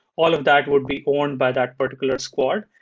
all of that would be owned by that particular squad,